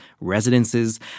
residences